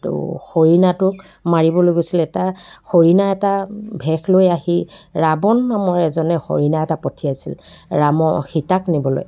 তো হৰিণাটোক মাৰিবলৈ গৈছিলে এটা তাৰ হৰিণা এটা ভেশ লৈ আহি ৰাৱণ নামৰ এজনে হৰিণা এটা পঠিয়াইছিল ৰাম সীতাক নিবলৈ